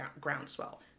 groundswell